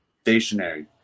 stationary